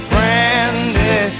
Brandy